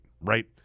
right